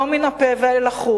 לא מן השפה ולחוץ,